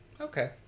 Okay